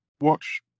watch